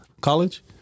college